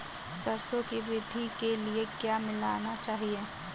सरसों की वृद्धि के लिए क्या मिलाना चाहिए?